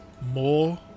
more